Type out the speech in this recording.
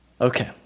Okay